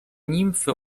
nimfy